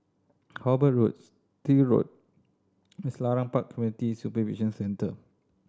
Hobart Road Still Road Selarang Park Community Supervision Centre